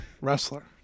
wrestler